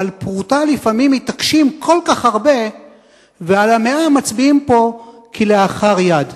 אבל על פרוטה לפעמים מתעקשים כל כך הרבה ועל המאה מצביעים פה כלאחר יד.